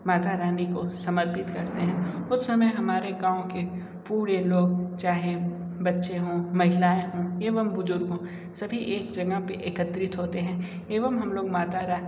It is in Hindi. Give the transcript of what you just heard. मातारानी को समर्पित करते हैं उस समय हमारे गाँव के पूरे लोग चाहे बच्चे हो महिलाएं हो एवं बुजुर्ग हो सभी एक जगह पर एकत्रित होते हैं एवं हम लोग मातारानी